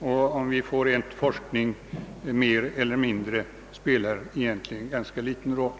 Det spe lar egentligen ganska liten roll om vi får ett forskningsprojekt mer eller mindre.